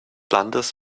landes